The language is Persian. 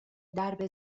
درب